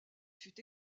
fut